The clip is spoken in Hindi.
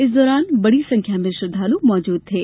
इस दौरान बड़ी संख्या में श्रद्दालू मौजूद थे